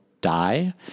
die